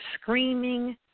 screaming